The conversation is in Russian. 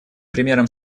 примером